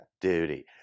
duty